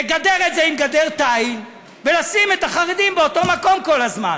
לגדר את זה עם גדר תיל ולשים את החרדים באותו מקום כל הזמן.